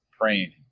praying